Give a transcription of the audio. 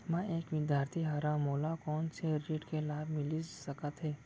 मैं एक विद्यार्थी हरव, मोला कोन से ऋण के लाभ मिलिस सकत हे?